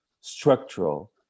structural